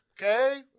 Okay